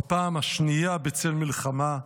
בפעם השנייה בצל מלחמה,